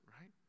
right